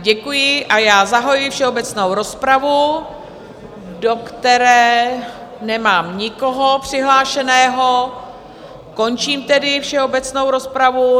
Děkuji a zahajuji všeobecnou rozpravu, do které nemám nikoho přihlášeného, končím tedy všeobecnou rozpravu.